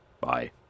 Bye